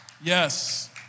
Yes